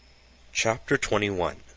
chapter twenty one